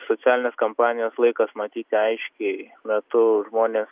socialinės kampanijos laikas matyti aiškiai metu žmonės